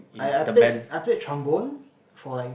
I I played I played trombone for like